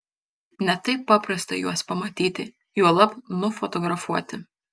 ne taip paprasta juos pamatyti juolab nufotografuoti